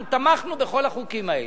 אנחנו תמכנו בכל החוקים האלה,